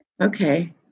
Okay